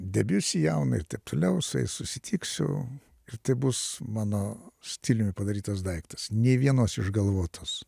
debiusi jauną ir taip toliau ir su jais susitiksiu ir tai bus mano stiliumi padarytas daiktas nė vienos išgalvotos